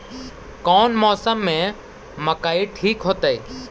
कौन मौसम में मकई ठिक होतइ?